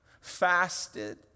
fasted